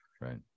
Right